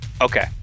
Okay